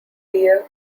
deer